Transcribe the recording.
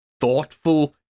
thoughtful